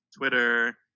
Twitter